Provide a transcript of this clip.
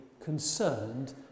concerned